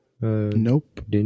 Nope